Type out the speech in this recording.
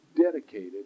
dedicated